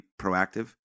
proactive